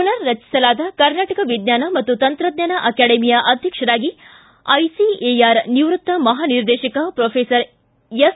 ಪುನರ್ರಚಿಸಲಾದ ಕರ್ನಾಟಕ ವಿಜ್ವಾನ ಮತ್ತು ತಂತ್ರಜ್ವಾನ ಅಕಾಡೆಮಿಯ ಅಧ್ವಕ್ಷರಾಗಿ ಐಸಿಎಆರ್ ನಿವೃತ್ತ ಮಹಾನಿರ್ದೇಶಕರು ಪ್ರೊಫೆಸರ್ ಎಸ್